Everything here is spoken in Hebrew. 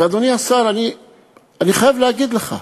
ואדוני השר, אני חייב להגיד לך,